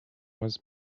was